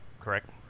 Correct